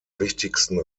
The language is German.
wichtigsten